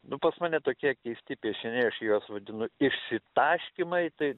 nu pas mane tokie keisti piešiniai aš juos vadinu išsitaškymai tai